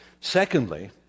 Secondly